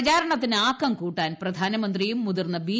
പ്രചാരണത്തിന് ആക്കം കൂട്ടാൻ പ്രധാനമന്ത്രിയും മുതിർന്ന ബി